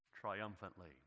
triumphantly